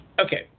Okay